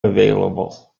available